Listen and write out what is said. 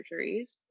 surgeries